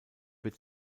wird